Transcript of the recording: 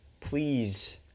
please